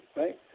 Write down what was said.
right